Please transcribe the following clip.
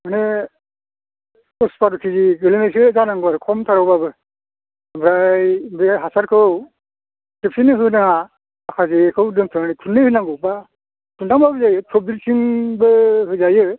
माने दस बार' के जि गोलैनायसो जानांगौ आरो खमथारावबाबो ओमफ्राय बे हासारखौ खेबसेनो होनाङा माखासेखौ दोनथ'नानै खननै होनांगौ बा खनथामबाबो जायो खेबब्रैसिमबो होजायो